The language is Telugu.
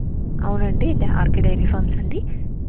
అవునండి ఆర్కె డైరీ ఫార్మ్స్ అండి